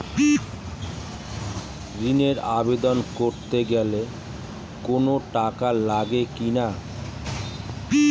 ঋণের আবেদন করতে গেলে কোন টাকা লাগে কিনা?